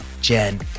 Jen